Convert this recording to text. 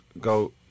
go